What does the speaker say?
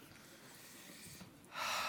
תודה.